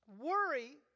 worry